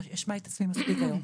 השמעתי את עצמי מספיק היום.